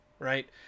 Right